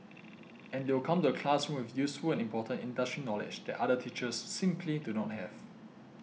and they will come to the classroom with useful and important industry knowledge that other teachers simply do not have